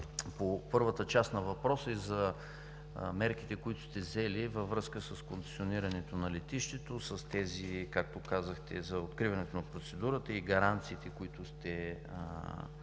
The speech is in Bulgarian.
по първата част на въпроса, и за мерките, които сте взели във връзка с концесионирането на летището, както казахте, за откриването на процедурата и гаранциите, които сте